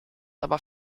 aber